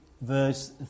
verse